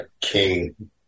King